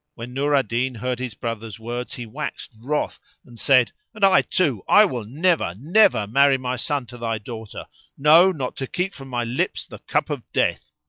when nur al-din heard his brother's words he waxed wroth and said, and i too, i will never, never marry my son to thy daughter no, not to keep from my lips the cup of death.